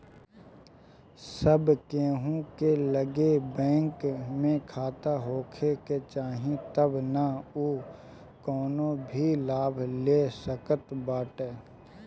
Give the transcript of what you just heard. सब केहू के लगे बैंक में खाता होखे के चाही तबे नअ उ कवनो भी लाभ ले सकत बाटे